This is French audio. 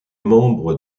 membre